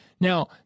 Now